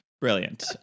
brilliant